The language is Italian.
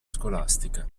scolastica